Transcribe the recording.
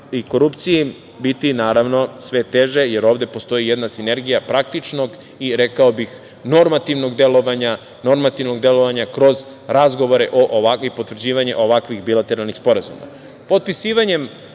korupciji biti, naravno, sve teže, jer ovde postoji jedna sinergija praktičnog i, rekao bih, normativnog delovanja kroz razgovore i potvrđivanje ovakvih bilateralnih sporazuma. Potpisivanje